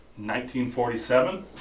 1947